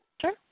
Sure